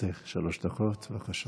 לרשותך שלוש דקות, בבקשה.